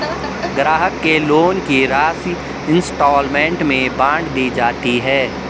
ग्राहक के लोन की राशि इंस्टॉल्मेंट में बाँट दी जाती है